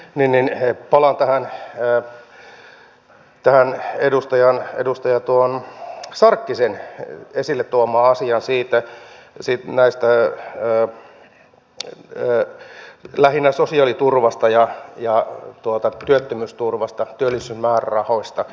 nyt kun sain puheenvuoron palaan tähän edustaja sarkkisen esille tuomaan asiaan lähinnä sosiaaliturvasta ja työttömyysturvasta työllisyysmäärärahoista